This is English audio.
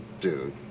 Dude